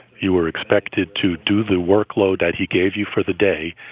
you were expected to do the workload that he gave you for the day.